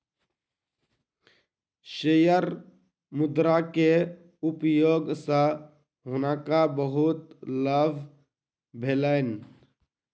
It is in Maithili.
शेयर मुद्रा के उपयोग सॅ हुनका बहुत लाभ भेलैन